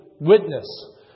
witness